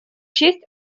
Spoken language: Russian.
честь